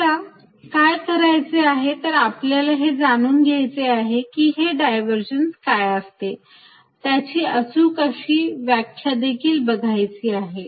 आपल्याला काय करायचे आहे तर आपल्याला हे जाणून घ्यायचे आहे की हे डायव्हरजन्स काय असते आणि त्याची अचूक अशी व्याख्या देखील बघायची आहे